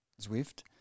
Zwift